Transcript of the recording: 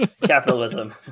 Capitalism